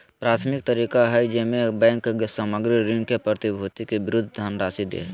प्राथमिक तरीका हइ जेमे बैंक सामग्र ऋण के प्रतिभूति के विरुद्ध धनराशि दे हइ